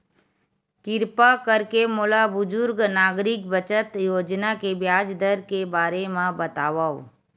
किरपा करके मोला बुजुर्ग नागरिक बचत योजना के ब्याज दर के बारे मा बतावव